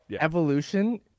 Evolution